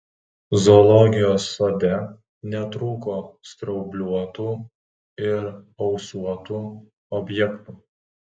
zoologijos sode netrūko straubliuotų ir ausuotų objektų